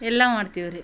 ಎಲ್ಲ ಮಾಡ್ತೀವ್ರಿ